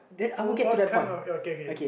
what kind of oh okay okay